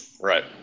Right